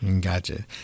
Gotcha